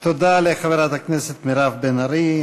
תודה לחברת הכנסת מירב בן ארי.